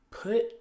put